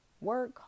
work